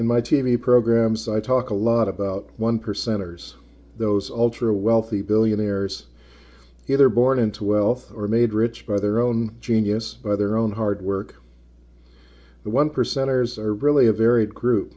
in my t v programs i talk a lot about one percenters those ultra wealthy billionaires either born into wealth or made rich by their own genius by their own hard work the one percenters are really a varied group